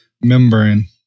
membrane